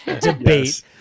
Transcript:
debate